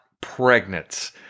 pregnant